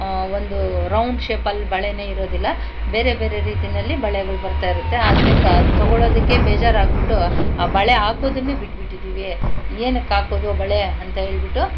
ಒಂದು ರೌಂಡ್ ಶೇಪಲ್ಲಿ ಬಳೆಯೇ ಇರೋದಿಲ್ಲ ಬೇರೆ ಬೇರೆ ರೀತಿಯಲ್ಲಿ ಬಳೆಗಳು ಬರುತ್ತಾ ಇರುತ್ತೆ ಆದ್ರಿಂದ ಅದು ತೊಗೊಳೋದಕ್ಕೆ ಬೇಜಾರು ಆಗ್ಬಿಟ್ಟು ಆ ಬಳೆ ಹಾಕೋದನ್ನೇ ಬಿಟ್ಟುಬಿಟ್ಟಿದ್ದೀವಿ ಏನಕ್ಕೆ ಹಾಕೋದು ಬಳೆ ಅಂತ ಹೇಳ್ಬಿಟ್ಟು